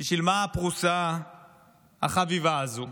בשביל מה הפרוסה החביבה הזו?